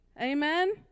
amen